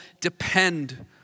depend